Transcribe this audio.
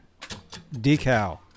decal